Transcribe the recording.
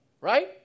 right